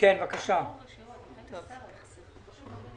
מכוונת להמרת דת.